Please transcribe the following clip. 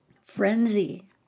frenzy